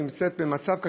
נמצאת במצב קשה,